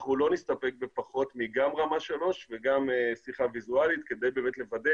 אנחנו לא נסתפק בפחות גם מרמה 3 וגם שיחה ויזואלית כדי לוודא